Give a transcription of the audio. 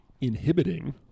inhibiting